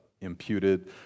imputed